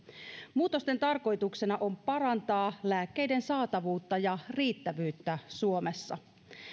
muutosten tarkoituksena on parantaa lääkkeiden saatavuutta ja riittävyyttä suomessa